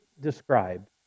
described